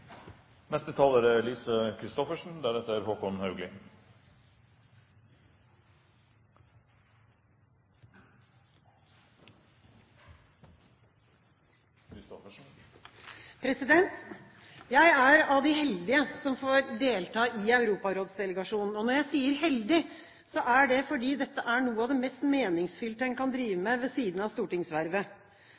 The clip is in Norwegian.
Jeg er av de heldige som får delta i Europarådsdelegasjonen. Når jeg sier heldig, er det fordi dette er noe av det mest meningsfylte en kan drive med ved siden av stortingsvervet.